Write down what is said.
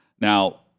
Now